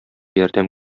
ярдәм